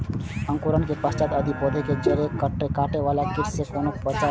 अंकुरण के पश्चात यदि पोधा के जैड़ काटे बाला कीट से कोना बचाया?